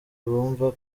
bumva